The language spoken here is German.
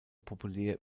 populär